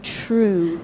true